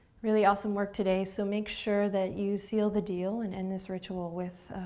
really awesome work today, so make sure that you seal the deal and end this ritual with